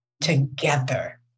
together